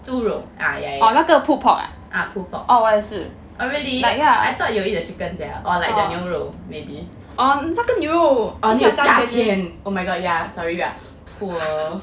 猪肉 ah ya ya ah pulled pork oh really approval I thought you will eat the chicken sia or like the 牛肉 maybe oh need to 加钱 oh my god ya sorry you are poor